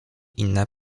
inne